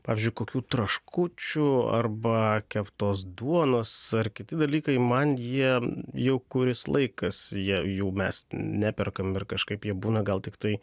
pavyzdžiui kokių traškučių arba keptos duonos ar kiti dalykai man jie jau kuris laikas jie jų mes neperkam ir kažkaip jie būna gal tiktai